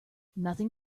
nothing